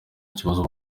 kibazo